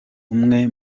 umwe